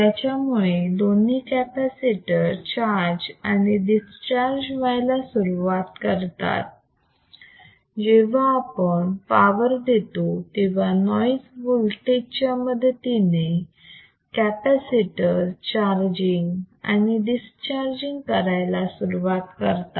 याच्यामुळे दोन्ही capacitor charge आणि डिस्चार्ज व्हायला सुरुवात करतात जेव्हा आपण पावर देतो तेव्हा नॉईज वोल्टेज च्या मदतीने कॅपॅसिटर चार्जिंग आणि डिस्चार्जिंग करायला सुरुवात करतात